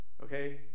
Okay